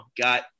got